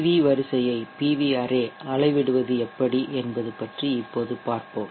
we வரிசையை P Vஅரே அளவிடுவது எப்படி என்பது பற்றி இப்போது பார்ப்போம்